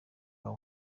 yiwe